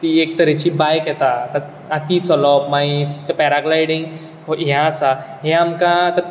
ती एक तरेची बायक येता ती चलोवप मागीर पॅराग्लायडींग हें आसा हे आमकां